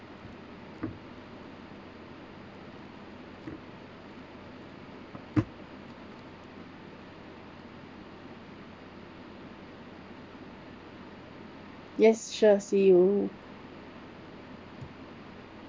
yes sure see you